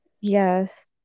yes